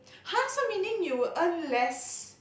!huh! so meaning you will earn less